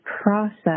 process